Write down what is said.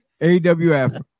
AWF